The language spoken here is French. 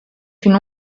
une